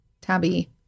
Tabby